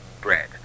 bread